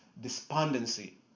despondency